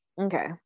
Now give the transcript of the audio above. Okay